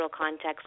context